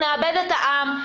אנחנו נאבד את העם,